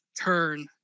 turn